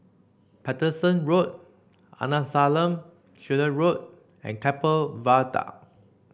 Paterson Road Arnasalam Chetty Road and Keppel Viaduct